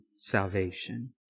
salvation